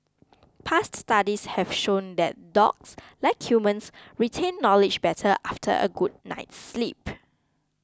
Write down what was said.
past studies have shown that dogs like humans retain knowledge better after a good night's sleep